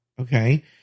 okay